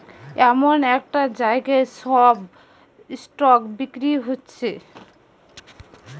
এমন একটা জাগায় সব স্টক বিক্রি হচ্ছে